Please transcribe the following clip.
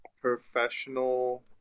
professional